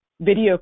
video